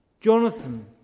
Jonathan